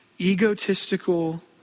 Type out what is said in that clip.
egotistical